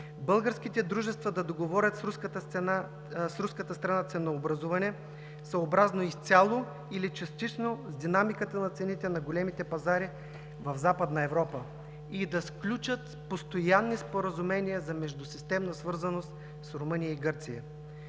българските дружества да договорят с руската страна ценообразуване, съобразено изцяло или частично с динамиката на цените на големите пазари в Западна Европа, и да сключат постоянни споразумения за междусистемна свързаност с Румъния и Гърция.